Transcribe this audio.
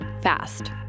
Fast